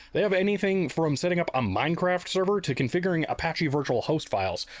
they have anything from setting up a minecraft server to configuring apache virtual host files.